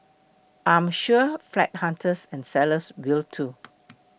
I am sure flat hunters and sellers will too